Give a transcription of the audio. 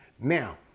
Now